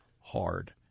hard